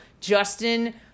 Justin